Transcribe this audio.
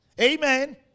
Amen